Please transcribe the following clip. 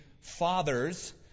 fathers